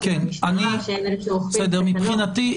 עם המשטרה,